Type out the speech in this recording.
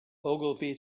ogilvy